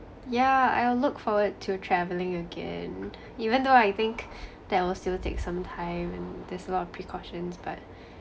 yeah I'll look forward to travelling again even though I think that will still take some time and there's a lot of precautions but